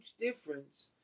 difference